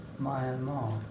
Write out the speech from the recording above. Myanmar